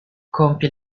compie